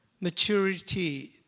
maturity